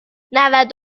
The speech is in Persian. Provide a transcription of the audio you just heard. نود